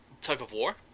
tug-of-war